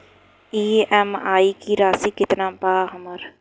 EMI की राशि केतना बा हमर?